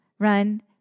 Run